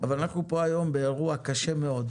אבל אנחנו פה היום באירוע קשה מאוד